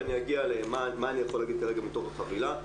ואני אגיע למה אני יכול להגיד כרגע מתוך החבילה.